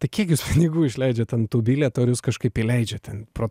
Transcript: tai kiek jūs pinigų išleidžiat ant tų bilietų ar jus kažkaip įleidžia ten pro